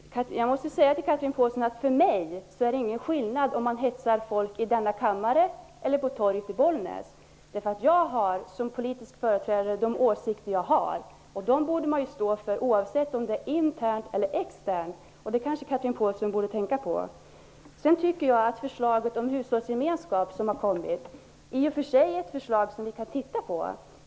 Herr talman! Jag måste säga till Chatrine Pålsson att det inte är någon skillnad för mig om man hetsar folk i denna kammare eller på torget i Bollnäs. Som politisk företrädare har jag de åsikter jag har. De bör man stå för både internt och externt. Det borde kanske Chatrine Pålsson tänka på. Jag tycker att förslaget om hushållsgemenskap i och för sig är ett förslag som vi kan titta på.